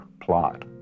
plot